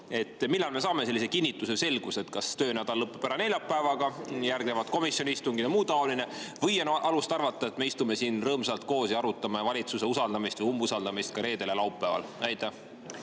Millal me saame sellise kinnituse ja selguse, et töönädal lõpeb ära neljapäevaga, järgnevad komisjoni istungid ja muu selline? Või on alust arvata, et me istume siin rõõmsalt koos ja arutame valitsuse usaldamist või umbusaldamist ka reedel ja laupäeval?